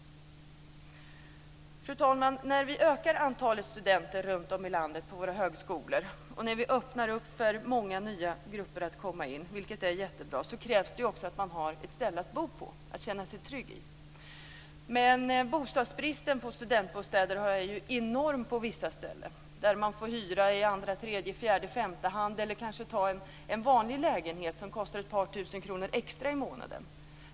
Fru talman! När vi ökar antalet studenter på våra högskolor runtom i landet och när vi öppnar för många nya grupper att komma in, vilket är jättebra, krävs det att studenterna har ett ställe att bo på där de kan känna sig trygga. Men bristen på studentbostäder är enorm på vissa ställen. Där får man hyra i andra, tredje, fjärde, femte hand eller kanske ta en vanlig lägenhet som kostar ett par tusen kronor extra i månaden.